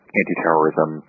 anti-terrorism